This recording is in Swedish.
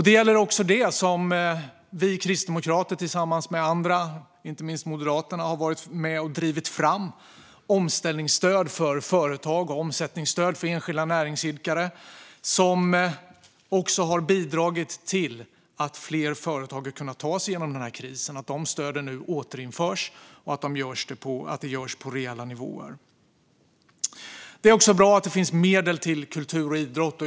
Det gäller också det som vi kristdemokrater tillsammans med andra, inte minst Moderaterna, har varit med och drivit fram, som omställningsstöd för företag och omsättningsstöd för enskilda näringsidkare. Det har bidragit till att fler företag har kunnat ta sig genom krisen, och stöden återinförs nu på rejäla nivåer. Det är också bra att det finns medel till kultur och idrott.